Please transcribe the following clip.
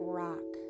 rock